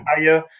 higher